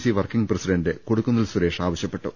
C working president Kodikunnil Suresh ആവശ്യപ്പെട്ടു